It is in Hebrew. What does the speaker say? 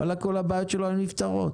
כל הבעיות שלו היו נפתרות.